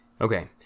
Okay